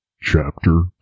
Chapter